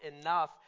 enough